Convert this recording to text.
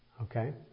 Okay